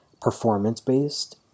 performance-based